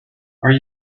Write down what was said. are